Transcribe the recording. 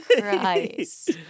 christ